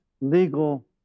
legal